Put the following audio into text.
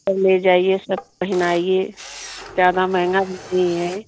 तो ले जाइए सब पहनाइए ज्यादा महंगा नहीं है